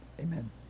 Amen